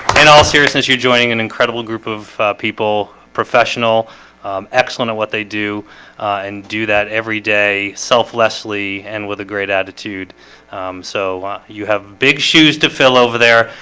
and all seriousness, you're joining an incredible group of people professional excellent of what they do and do that every day selflessly and with a great attitude so you have big shoes to fill over there,